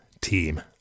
team